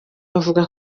bavuga